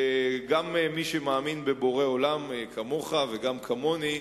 גם מי שמאמין בבורא עולם כמוך וגם כמוני,